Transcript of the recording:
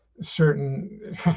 certain